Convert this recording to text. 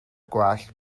gwallt